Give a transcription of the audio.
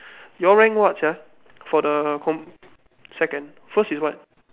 your rank what sia for the co~ second first is what